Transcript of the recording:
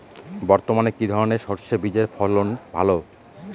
বর্তমানে কি ধরনের সরষে বীজের ফলন ভালো?